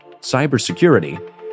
cybersecurity